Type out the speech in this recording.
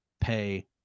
pay